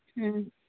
ᱦᱮᱸ